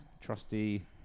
trusty